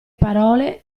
parole